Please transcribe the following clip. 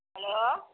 hello